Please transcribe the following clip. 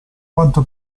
quanto